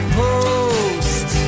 post